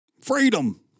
Freedom